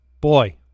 boy